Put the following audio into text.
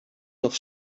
nog